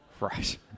Right